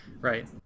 right